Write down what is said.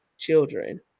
Children